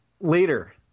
Later